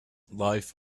life